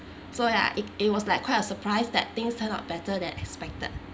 so ya it it was like quite a surprise that things turn out better than expected